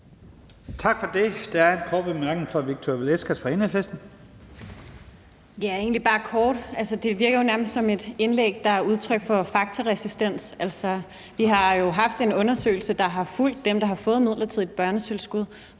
fra Enhedslisten. Kl. 14:11 Victoria Velasquez (EL): Det er egentlig bare kort: Det virker nærmest som et indlæg, der er udtryk for faktaresistens. Vi har jo haft en undersøgelse, der har fulgt dem, der har fået midlertidigt børnetilskud,